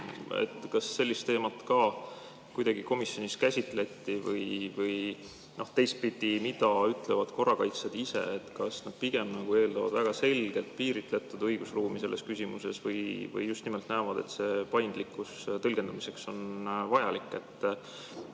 Kas sellist teemat ka kuidagi komisjonis käsitleti? Või teistpidi, mida ütlevad korrakaitsjad ise: kas nad pigem eeldavad väga selgelt piiritletud õigusruumi selles küsimuses või just nimelt näevad, et see paindlikkus tõlgendamisel on vajalik?